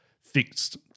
fixed